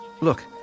Look